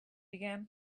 began